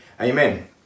amen